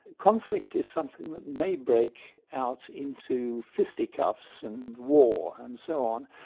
conflict is something that may break out into fisticuffs and war and so on,